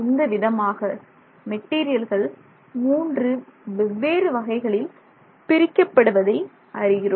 இந்த விதமாக மெட்டீரியல்கள் 3 வெவ்வேறு வகைகளில் பிரிக்கப்படுவதை அறிகிறோம்